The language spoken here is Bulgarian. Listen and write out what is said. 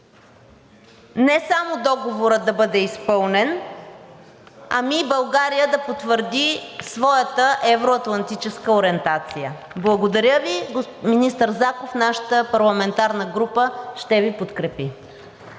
не само Договорът да бъде изпълнен, ами и България да потвърди своята евро-атлантическа ориентация. Благодаря Ви. Министър Заков, нашата парламентарна група ще Ви подкрепи.